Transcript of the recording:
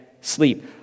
sleep